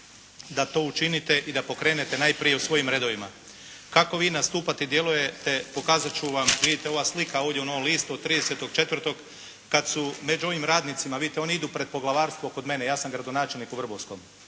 da to učinite i da pokrenete najprije u svojim redovima. Kako vi nastupate i djelujete pokazati ću vam, vidite ova slika ovdje u "Novom listu" od 30.4. kada su među ovim radnicima, vidite oni idu pred poglavarstvo kod mene, ja sam gradonačelnik u Vrbovskom,